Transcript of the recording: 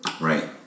Right